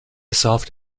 soft